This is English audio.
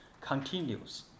continues